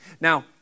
Now